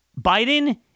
Biden